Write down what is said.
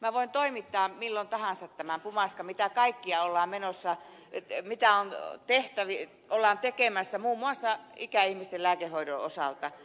minä voin toimittaa milloin tahansa tämän pumaskan mitä kaikkia ollaan menossa ettei mitään kaikkea ollaan tekemässä muun muassa ikäihmisten lääkehoidon osalta